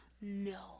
No